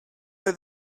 oedd